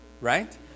right